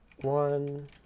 one